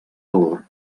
valor